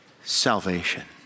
salvation